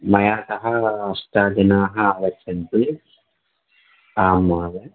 मया सह अष्ट जनाः आगच्छन्ति आं महोदय